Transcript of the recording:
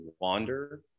wander